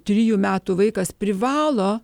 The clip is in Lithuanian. trijų metų vaikas privalo